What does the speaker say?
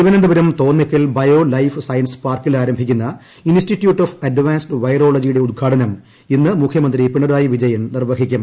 Thiruvananthapuram Thonnakkal bio life science പാർക്കിൽ ആരംഭിക്കുന്ന institute of advanced വൈറോളജിയുടെ ഉദ്ഘാടനം ഇന്ന് മുഖ്യമന്ത്രി പിണറായി വിജയൻ നിർവഹിക്കും